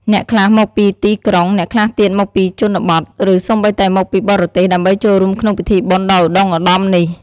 អ្នកខ្លះមកពីទីក្រុង អ្នកខ្លះទៀតមកពីជនបទ ឬសូម្បីតែមកពីបរទេស ដើម្បីចូលរួមក្នុងពិធីបុណ្យដ៏ឧត្ដុង្គឧត្ដមនេះ។